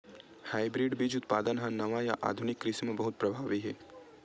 hybrid बीज उत्पादन हा नवा या आधुनिक कृषि मा बहुत प्रभावी हे